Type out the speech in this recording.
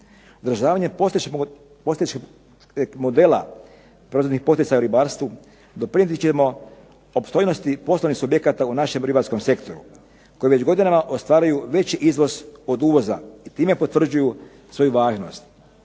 Održavanje postojećeg modela proizvodnih poticaja u ribarstvu doprinijeti ćemo opstojnosti poslovnih subjekata u našem ribarskom sektoru koji već godinama ostvaruju veći izvoz od uvoza i time potvrđuju svoju važnost.